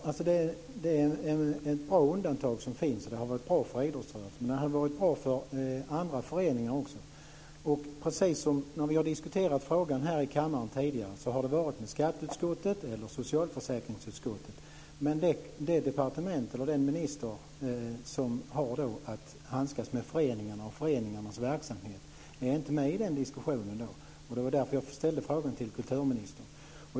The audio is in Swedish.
Fru talman! Det undantag som finns är bra, och det har varit bra för idrottsrörelsen. Men det hade varit bra för andra föreningar också. När vi har diskuterat frågan här i kammaren tidigare har det varit med skatteutskottet eller socialförsäkringsutskottet. Men det departement eller den minister som har att handskas med föreningarna och deras verksamhet har inte varit med i diskussionen. Det var därför jag ställde frågan till kulturministern.